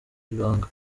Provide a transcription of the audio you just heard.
ibanga